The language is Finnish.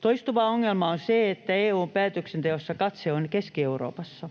Toistuva ongelma on se, että EU:n päätöksenteossa katse on Keski-Euroopassa